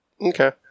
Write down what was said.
Okay